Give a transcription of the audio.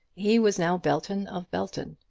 he was now belton of belton,